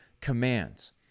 commands